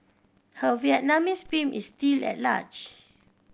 her Vietnamese pimp is still at large